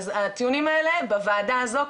הטיעונים האלה בוועדה הזו,